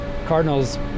Cardinals